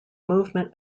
movement